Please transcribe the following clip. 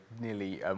nearly